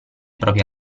proprie